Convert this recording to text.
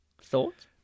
Thought